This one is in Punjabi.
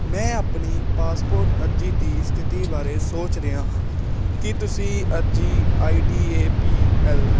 ਮੈਂ ਆਪਣੀ ਪਾਸਪੋਰਟ ਅਰਜ਼ੀ ਦੀ ਸਥਿਤੀ ਬਾਰੇ ਸੋਚ ਰਿਹਾ ਹਾਂ ਕੀ ਤੁਸੀਂ ਅਰਜ਼ੀ I D A P L